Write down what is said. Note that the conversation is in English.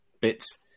bits